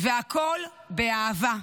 והכול באהבה,